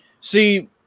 See